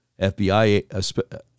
FBI